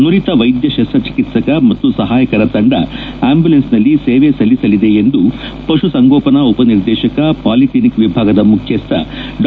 ನುರಿತ ವೈದ್ಯ ಶಸ್ತ್ರಚಿತ್ತಕ ಮತ್ತು ಸಹಾಯಕರ ತಂಡ ಅಂಬುಲೆನ್ನಲ್ಲಿ ಸೇವೆ ಸಲ್ಲಿಸಲಿದೆ ಎಂದು ಪಶುಸಂಗೋಪನಾ ಉಪನಿರ್ದೇಶಕ ಪಾಲಿ ಕ್ಷಿನಿಕ್ ವಿಭಾಗದ ಮುಖ್ಯಸ್ಥ ಡಾ